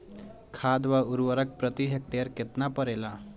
खाद व उर्वरक प्रति हेक्टेयर केतना परेला?